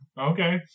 Okay